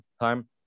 time